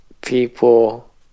people